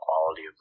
quality